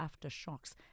aftershocks